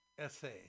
essay